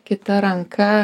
kita ranka